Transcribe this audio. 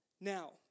Now